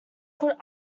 could